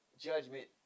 judgment